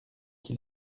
qui